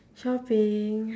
shopping